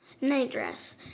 nightdress